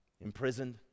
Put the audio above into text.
Imprisoned